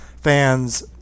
fans